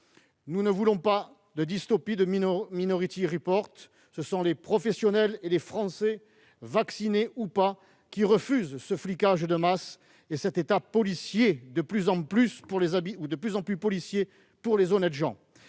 Nous ne voulons pas de dystopie du type de ! Ce sont les professionnels et les Français, vaccinés ou non, qui refusent ce flicage de masse et cet État de plus en plus policier pour les honnêtes gens.